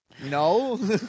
No